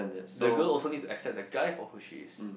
the girl also needs to accept the guy for who she is